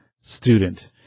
student